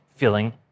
filling